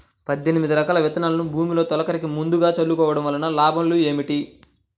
పద్దెనిమిది రకాల విత్తనాలు భూమిలో తొలకరి ముందుగా చల్లుకోవటం వలన లాభాలు ఏమిటి?